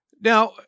Now